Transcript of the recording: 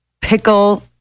pickle